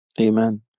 Amen